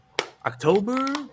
October